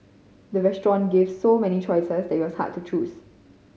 the restaurant gave so many choices that it was hard to choose